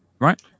Right